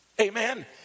Amen